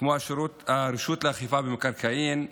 כמו הרשות לאכיפה במקרקעין,